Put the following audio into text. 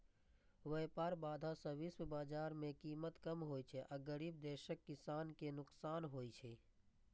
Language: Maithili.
व्यापार बाधा सं विश्व बाजार मे कीमत कम होइ छै आ गरीब देशक किसान कें नुकसान होइ छै